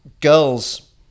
girls